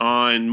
on